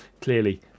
clearly